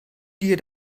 dir